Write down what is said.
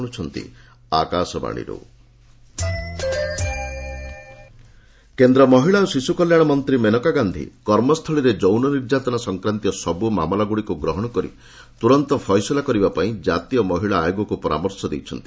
Maneka NCW କେନ୍ଦ୍ର ମହିଳା ଓ ଶିଶୁ କଲ୍ୟାଣ ମନ୍ତ୍ରୀ ମେନକା ଗାନ୍ଧୀ କର୍ମସ୍ଥଳୀରେ ଯୌନ ନିର୍ଯାତନା ସଂକ୍ରାନ୍ତୀୟ ସବୁ ମାମଲାଗୁଡ଼ିକୁ ଗ୍ରହଣ କରି ତୁରନ୍ତ ଫଇସଲା କରିବା ପାଇଁ ଜାତୀୟ ମହିଳା ଆୟୋଗକୁ ପରାମର୍ଶ ଦେଇଛନ୍ତି